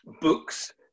books